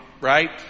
right